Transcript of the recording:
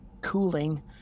cooling